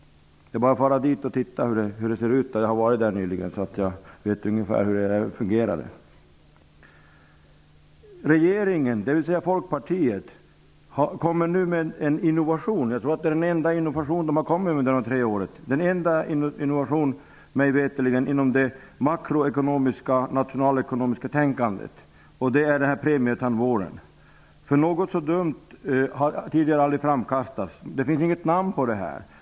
Det är bara att fara dit och se hur det ser ut. Jag har själv varit där nyligen, så jag vet på ett ungefär hur det fungerar där. Folkpartiet kommer nu med en innovation. Jag tror att det är den enda innovation som de har kommit med under dessa tre år. Mig veterligt är förslaget om premietandvård den enda innovationen inom det makroekonomiska nationalekonomiska tänkandet. Något så dumt har tidigare aldrig framkastats. Det finns inget namn för detta.